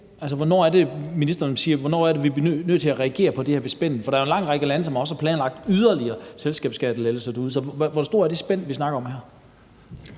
Hvornår er det, vi bliver nødt til at reagere på det her spænd? For der er jo en lang række lande derude, som også har planlagt yderligere selskabsskattelettelser. Så hvor stort er det spænd, vi snakker om her?